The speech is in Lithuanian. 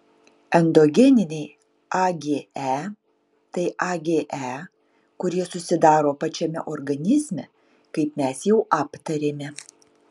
endogeniniai age tai age kurie susidaro pačiame organizme kaip mes jau aptarėme